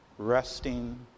resting